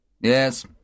Yes